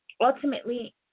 ultimately